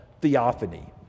theophany